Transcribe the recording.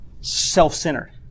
self-centered